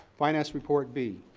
finance report b.